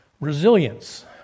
Resilience